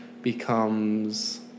becomes